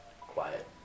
Quiet